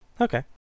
Okay